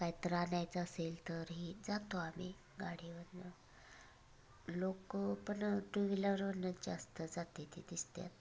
काहीतर आणायचा असेल तर हे जातो आम्ही गाडीवरनं लोकं पण टुव्हीलरवरनंच जास्त जात आहे ते दिसतात